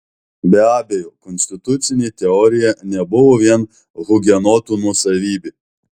be abejo konstitucinė teorija nebuvo vien hugenotų nuosavybė